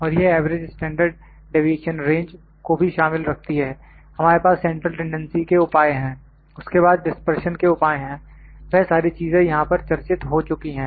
और यह average standard deviation range को भी शामिल रखती हैं हमारे पास सेंट्रल टेंडेंसी के उपाय हैं उसके बाद डिस्पर्शन के उपाय हैं वह सारी चीजें यहां पर चर्चित हो चुकी हैं